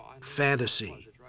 fantasy